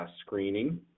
screening